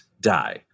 die